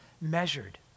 measured